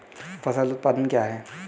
फसल उत्पादन क्या है?